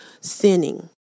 sinning